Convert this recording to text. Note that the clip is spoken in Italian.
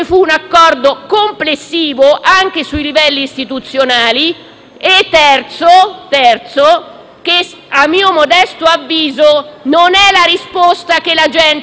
anche sui livelli istituzionali e, infine, che a mio modesto avviso non è questa la risposta che la gente vuole. Si